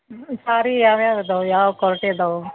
ಸಾರಿ ಯಾವ ಯಾವ ಅದಾವ ಯಾವ ಕ್ವಾಲಿಟಿ ಅದಾವ